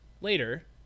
later